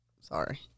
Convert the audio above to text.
Sorry